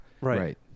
Right